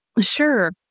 Sure